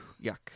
Yuck